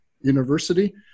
University